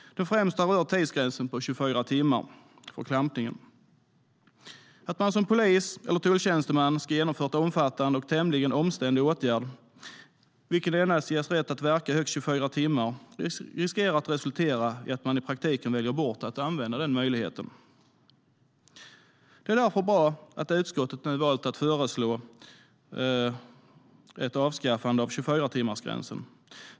Den främsta rör tidsgränsen på 24 timmar för klampningen. Att man som polis eller tulltjänsteman ska genomföra en omfattande och tämligen omständlig åtgärd vilken endast ges rätt att verka i högst 24 timmar riskerar att resultera i att man i praktiken väljer bort att använda möjligheten. Det är därför bra att utskottet nu har valt att föreslå ett avskaffande av 24-timmarsgränsen.